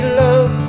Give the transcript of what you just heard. love